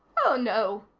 oh, no,